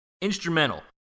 instrumental